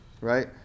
right